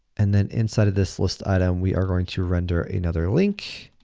and then, inside of this list item, we are going to render another link.